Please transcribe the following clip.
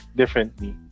differently